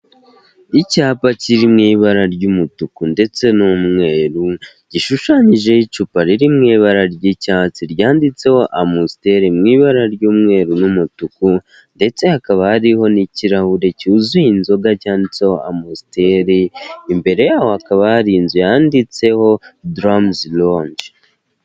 Icyapa kiri mu ibara ry'umutuku ndetse n'umweru, gishushanyijeho icupa riri mu ibara ry'icyatsi ryanditseho amusiteri mu ibara ry'umweru n'umutuku ndetse hakaba hariho n'ikirahure cyuzuye inzoga cyanditseho amusiteri, imbere yaho hakaba hari inzu yanditseho daramuzi ronje.